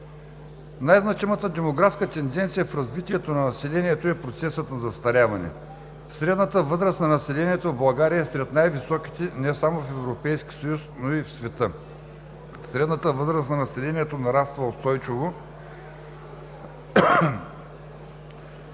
Най-значимата демографска тенденция в развитието на населението е процесът на застаряване. Средната възраст на населението в България е сред най-високите не само в Европейския съюз, но и в света. Средната възраст на населението нараства устойчиво,